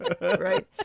right